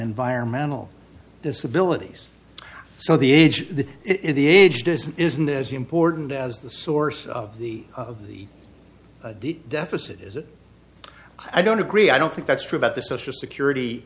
environmental disabilities so the age if the age doesn't isn't as important as the source of the of the deficit is it i don't agree i don't think that's true about the social security